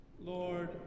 Lord